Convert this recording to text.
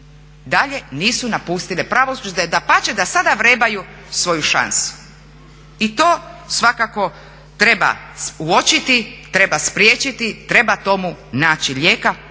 dalje nisu napustile pravosuđe. Dapače, sada vrebaju svoju šansu. I to svakako treba uočiti, treba spriječiti, treba tome naći lijeka